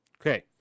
okay